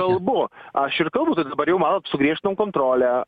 kalbu aš ir kalbu tai dabar jau matot sugriežtinom kontrolę